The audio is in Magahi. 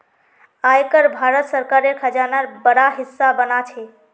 आय कर भारत सरकारेर खजानार बड़ा हिस्सा बना छे